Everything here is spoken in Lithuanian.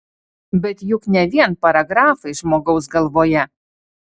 bet juk ne vien paragrafai žmogaus galvoje